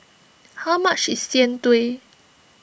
how much is Jian Dui